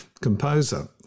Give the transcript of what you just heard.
composer